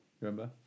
Remember